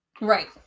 Right